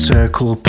Circle